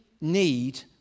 need